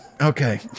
Okay